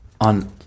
on